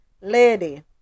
Lady